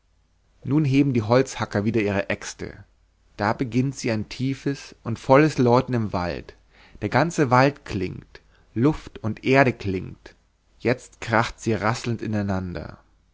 nun heben die holzhacker wieder ihre äxte da beginnt sie ein tiefes und volles läuten im wald der ganze wald klingt luft und erde klingt jetzt kracht sie rasselnd ineinander